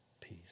Peace